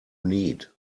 need